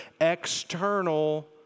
external